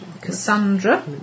Cassandra